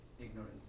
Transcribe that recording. ignorance